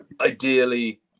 ideally